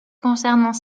concernant